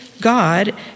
God